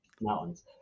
Mountains